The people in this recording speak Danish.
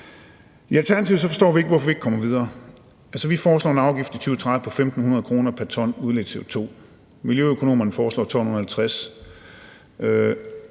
I Alternativet forstår vi ikke, hvorfor vi ikke kommer videre. Vi foreslår en afgift i 2030 på 1.500 kr. pr. ton udledt CO2, miljøøkonomerne foreslår 1.250 kr.,